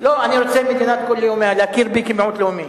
מדינה לערבים,